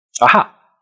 Aha